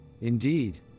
Indeed